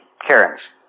karen's